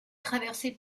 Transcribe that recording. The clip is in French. traversée